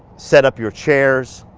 set up your chairs,